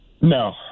No